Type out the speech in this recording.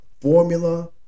formula